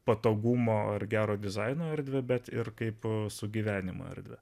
patogumo ar gero dizaino erdvę bet ir kaip sugyvenimo erdvę